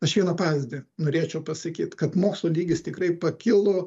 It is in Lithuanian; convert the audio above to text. aš vieną pavyzdį norėčiau pasakyt kad mokslo lygis tikrai pakilo